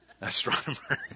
Astronomer